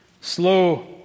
slow